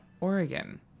Oregon